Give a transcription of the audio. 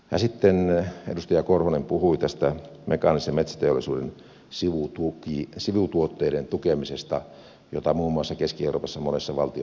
sitten edustaja korhonen puhui tästä mekaanisen metsäteollisuuden sivutuotteiden tukemisesta jota muun muassa keski euroopassa monessa valtiossa käytetään